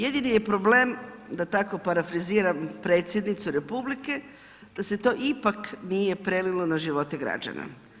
Jedini je problem da tako parafraziram Predsjednicu Republike, da se to ipak nije prelilo na živote građana.